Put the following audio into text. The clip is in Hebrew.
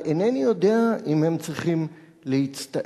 אבל אינני יודע אם הם צריכים להצטער